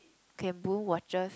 Gem-Boon watches